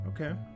okay